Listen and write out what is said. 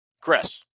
Chris